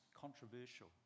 controversial